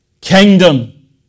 Kingdom